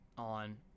on